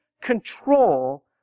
control